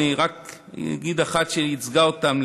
אני אגיד רק אחת שייצגה אותם,